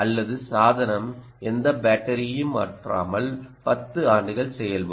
அதாவது சாதனம் எந்த பேட்டரியையும் மாற்றாமல் 10 ஆண்டுகள் செயல்படும்